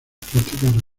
prácticas